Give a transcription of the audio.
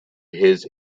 his